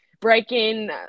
breaking